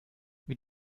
wie